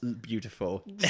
Beautiful